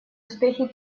успехи